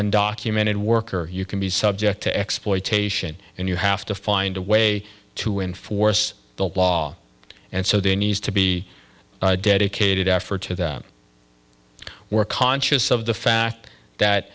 undocumented worker you can be subject to exploitation and you have to find a way to enforce the law and so there needs to be a dedicated effort to that we're conscious of the fact that